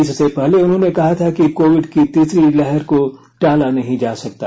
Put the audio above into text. इससे पहले उन्होंने कहा था कि कोविड की तीसरी लहर को टाला नहीं जा सकता